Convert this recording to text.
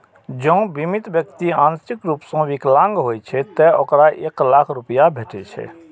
जौं बीमित व्यक्ति आंशिक रूप सं विकलांग होइ छै, ते ओकरा एक लाख रुपैया भेटै छै